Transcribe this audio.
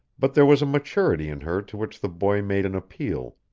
but there was a maturity in her to which the boy made an appeal.